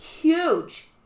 Huge